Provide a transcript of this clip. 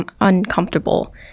uncomfortable